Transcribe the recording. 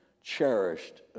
cherished